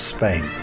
Spain